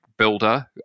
builder